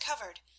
covered